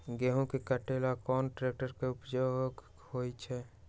गेंहू के कटे ला कोंन ट्रेक्टर के उपयोग होइ छई?